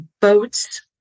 boats